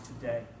today